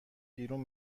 بیرون